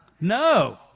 No